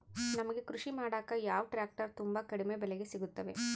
ನಮಗೆ ಕೃಷಿ ಮಾಡಾಕ ಯಾವ ಟ್ರ್ಯಾಕ್ಟರ್ ತುಂಬಾ ಕಡಿಮೆ ಬೆಲೆಗೆ ಸಿಗುತ್ತವೆ?